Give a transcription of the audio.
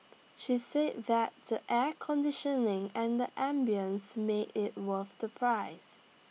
she said that the air conditioning and the ambience made IT worth the price